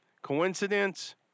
Coincidence